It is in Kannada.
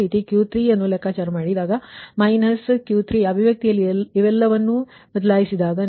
ಅದೇ ರೀತಿ Q3 ಅನ್ನು ಲೆಕ್ಕಾಚಾರ ಮಾಡಿ ಮೈನಸ್ Q3 ಅಭಿವ್ಯಕ್ತಿಯಲ್ಲಿ ಇವೆಲ್ಲವನ್ನೂ ಬದಲಾಯಿಸಿದಾಗ ನೀವು −1